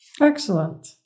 Excellent